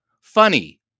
Funny